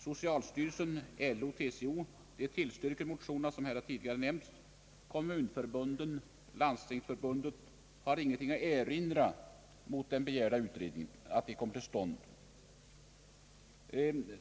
Socialstyrelsen, Landsorganisationen och TCO tillstyrker motionerna, som jag här tidigare nämnt. Kommunförbunden och Landstingsförbundet har ingenting att erinra mot att den begärda utredningen kommer till stånd.